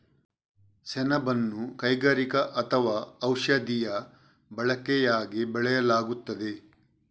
ಸೆಣಬನ್ನು ಕೈಗಾರಿಕಾ ಅಥವಾ ಔಷಧೀಯ ಬಳಕೆಯಾಗಿ ಬೆಳೆಯಲಾಗುತ್ತದೆ